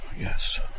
Yes